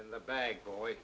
in the bag boy